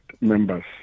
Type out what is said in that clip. members